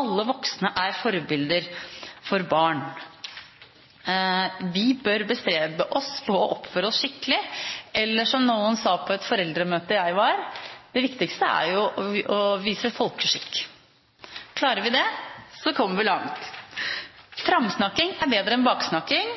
alle voksne er forbilder for barn. Vi bør bestrebe oss på å oppføre oss skikkelig – eller som noen sa på et foreldremøte jeg var: Det viktigste er jo å vise folkeskikk. Klarer vi det, kommer vi langt. Framsnakking er bedre enn baksnakking.